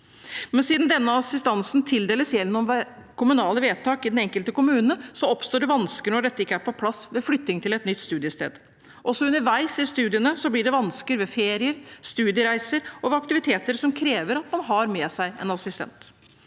den. Siden denne assistansen tildeles gjennom kommunale vedtak i den enkelte kommune, oppstår det vansker når dette ikke er på plass ved flytting til studiested. Også underveis i studiene blir det vansker ved ferier, studiereiser og aktiviteter som krever at man har med seg en assistent.